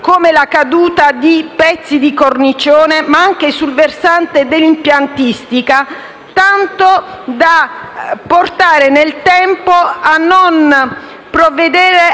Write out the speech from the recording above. (come la caduta di pezzi di cornicione) ma anche sul versante dell'impiantistica, tanto da portare, nel tempo, a non provvedere